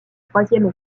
troisième